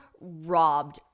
robbed